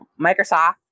Microsoft